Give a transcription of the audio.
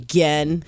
Again